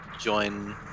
join